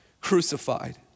crucified